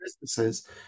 businesses